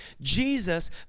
Jesus